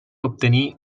obtenir